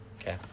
Okay